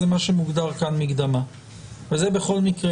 זה מה שמוגדר כאן מקדמה וזה בכל מקרה